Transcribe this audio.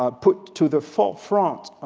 ah put to the forefront.